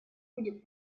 будет